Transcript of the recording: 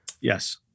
Yes